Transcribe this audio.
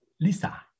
Lisa